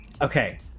okay